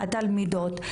התלמידות.